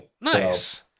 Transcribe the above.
Nice